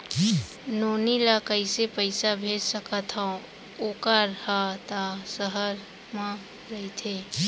नोनी ल कइसे पइसा भेज सकथव वोकर हा त सहर म रइथे?